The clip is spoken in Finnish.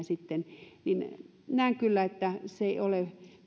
sitten näen kyllä että se ei ole